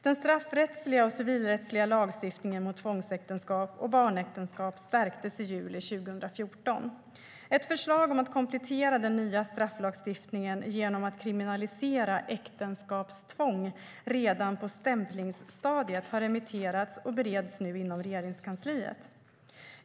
Den straffrättsliga och civilrättsliga lagstiftningen mot tvångsäktenskap och barnäktenskap stärktes i juli 2014. Ett förslag om att komplettera den nya strafflagstiftningen genom att kriminalisera äktenskapstvång redan på stämplingsstadiet har remitterats och bereds nu inom Regeringskansliet.